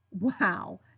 Wow